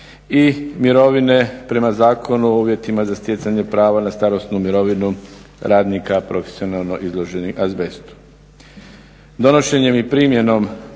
i mirovine prema Zakonu o uvjetima za stjecanje prava na starosnu mirovinu radnika profesionalno izloženih azbestu.